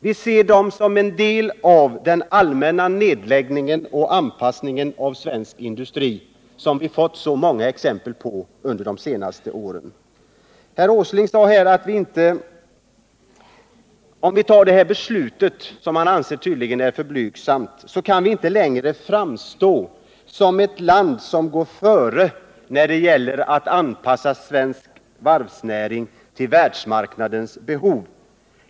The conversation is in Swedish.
Vi ser dem som en del av den allmänna nedläggningen och anpassningen av svensk industri, som vi fått så många exempel på under de senaste åren. Herr Åsling sade att Sverige inte längre kan framstå som ett land som går före när det gäller att anpassa varvsnäringen till världsmarknadens behov om riksdagen fattar det av utskottet föreslagna beslutet, som han tydligen anser är för blygsamt.